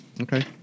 Okay